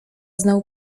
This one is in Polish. znał